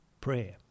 prayer